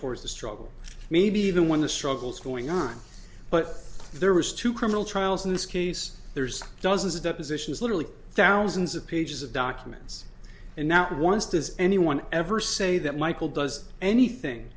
towards the struggle maybe even when the struggles going on but there was to criminal trials in this case there's dozens of depositions literally thousands of pages of documents and not once does anyone ever say that michael does anything